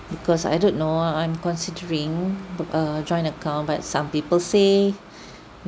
because I don't know I'm considering err joint account but some people say